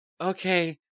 Okay